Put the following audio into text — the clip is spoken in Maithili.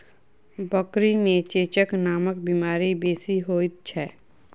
बकरी मे चेचक नामक बीमारी बेसी होइत छै